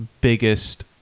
biggest